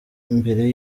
mbere